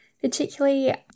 particularly